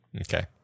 Okay